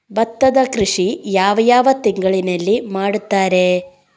ಭತ್ತದ ಕೃಷಿ ಯಾವ ಯಾವ ತಿಂಗಳಿನಲ್ಲಿ ಮಾಡುತ್ತಾರೆ?